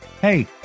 Hey